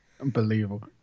Unbelievable